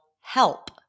help